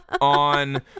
on